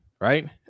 Right